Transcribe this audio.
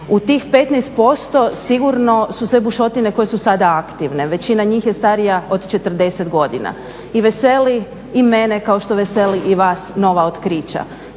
U tih 15% sigurno su sve bušotine koje su sada aktivne, većina njih je starija od 40 godina. I veseli i mene kao što veseli i vas nova otkrića.